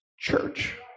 church